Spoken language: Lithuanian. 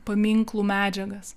paminklų medžiagas